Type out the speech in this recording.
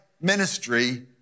ministry